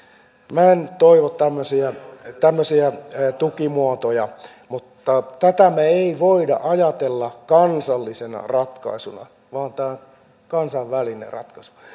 minä en toivo tämmöisiä tukimuotoja mutta tätä me emme voi ajatella kansallisena ratkaisuna vaan tämä on kansainvälinen ratkaisu